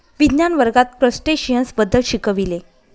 विज्ञान वर्गात क्रस्टेशियन्स बद्दल शिकविले